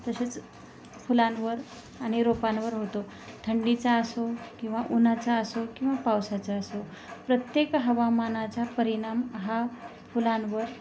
तसेच फुलांवर आणि रोपांवर होतो थंडीचा असो किंवा उन्हाचा असो किंवा पावसाचा असो प्रत्येक हवामानाचा परिणाम हा फुलांवर